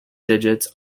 digits